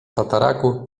tataraku